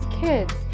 kids